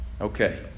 Okay